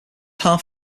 half